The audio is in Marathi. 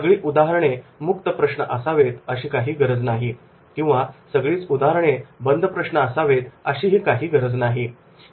सगळी उदाहरणे मुक्त प्रश्न असावेत अशी काही गरज नाही किंवा सगळीच उदाहरणे बद्ध प्रश्न असावेत अशीही काही गरज नाही